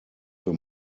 für